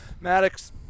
Maddox